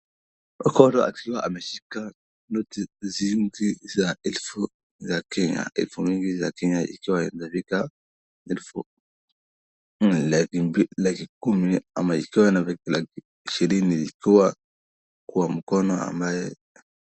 Mkono akiwa ameshika nyingi noti za shilingi za elfu za Kenya, elfu mingi za Kenya ikiwa imefika elfu nne laki kumi ama ikiwa imefika laki ishirini kwa mkono ambaye